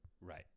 Right